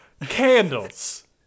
Candles